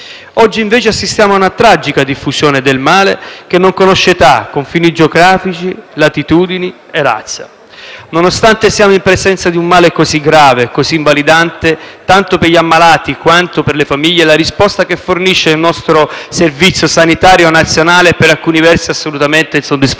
Oggi, invece, assistiamo a una tragica diffusione del male che non conosce età, confini geografici, latitudini e razza. Nonostante siamo in presenza di un male così grave e invalidante tanto per gli ammalati, quanto per le famiglie la risposta che il nostro Servizio sanitario nazionale fornisce è, per alcuni versi, assolutamente insoddisfacente.